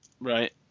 right